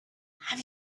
have